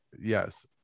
Yes